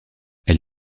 elle